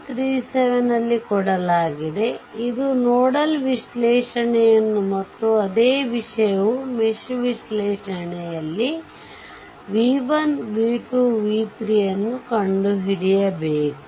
37 ಲ್ಲಿ ಕೊಡಲಾಗಿದೆ ಇದು ನೋಡಲ್ ವಿಶ್ಲೇಷಣೆಯನ್ನು ಮತ್ತು ಅದೇ ವಿಷಯವು ಮೆಶ್ ವಿಶ್ಲೇಷಣೆಯಲ್ಲಿ v1 v2 v3 ಅನ್ನು ಕಂಡು ಹಿಡಿಯಬೇಕು